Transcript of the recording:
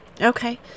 Okay